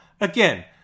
Again